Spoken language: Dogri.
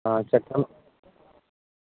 आं चलचै भी